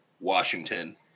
Washington